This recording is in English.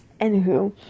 Anywho